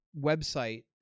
website